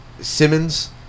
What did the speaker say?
Simmons